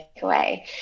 takeaway